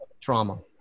trauma